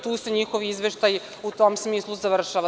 Tu se njihovi izveštaji u tom smislu i završavaju.